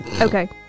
Okay